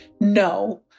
No